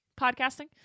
Podcasting